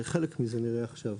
חלק מזה נראה עכשיו.